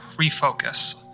refocus